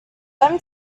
them